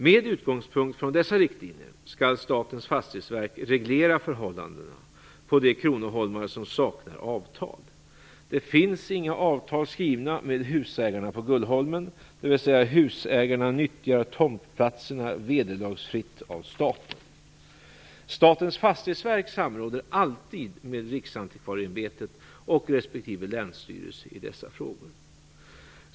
Med utgångspunkt från dessa riktlinjer skall Statens fastighetsverk reglera förhållandena på de kronoholmar som saknar avtal. Det finns inga avtal skrivna med husägarna på Gullholmen, dvs. husägarna nyttjar tomtplatserna vederlagsfritt av staten. Statens fastighetsverk samråder alltid med Riksantikvarieämbetet och respektive länsstyrelse i dessa frågor.